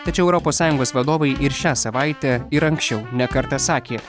tačiau europos sąjungos vadovai ir šią savaitę ir anksčiau ne kartą sakė